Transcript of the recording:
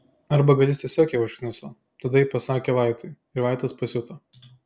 arba gal jis tiesiog ją užkniso tada ji pasakė vaitui ir vaitas pasiuto